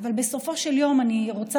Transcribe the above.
אבל בסופו של יום אני רוצה,